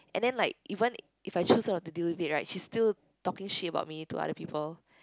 and then like even if I choose not to deal with it right she still talking shit about me to other people